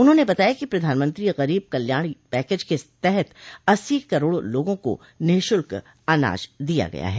उन्होंने बताया कि प्रधानमंत्री गरीब कल्याण पैकेज के तहत अस्सी करोड लोगों को निःशुल्क अनाज दिया गया है